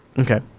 Okay